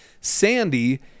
sandy